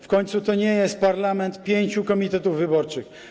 W końcu to nie jest parlament pięciu komitetów wyborczych.